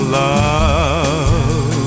love